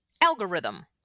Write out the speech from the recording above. algorithm